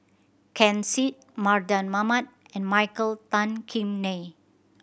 Ken Seet Mardan Mamat and Michael Tan Kim Nei